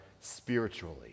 spiritually